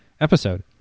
episode